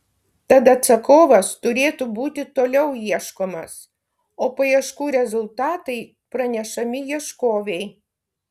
tad atsakovas turėtų būti toliau ieškomas o paieškų rezultatai pranešami ieškovei